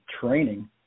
training